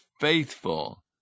faithful